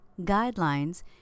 guidelines